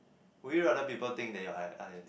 would you rather people think that you are ah lian